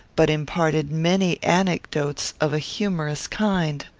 but imparted many anecdotes of a humorous kind.